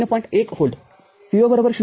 १ V V0 ०